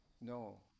No